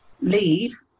leave